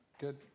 Good